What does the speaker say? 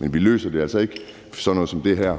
Men vi løser det altså ikke med sådan noget som det her.